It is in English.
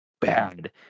bad